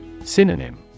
Synonym